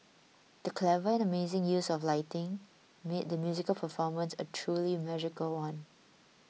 the clever and amazing use of lighting made the musical performance a truly magical one